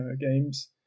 games